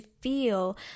feel